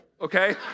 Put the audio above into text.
Okay